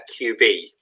QB